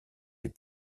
des